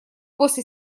после